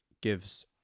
gives